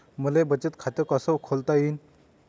मले बचत खाते कसं खोलता येईन?